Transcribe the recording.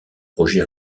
projet